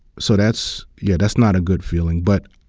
so that's, yeah, that's not a good feeling. but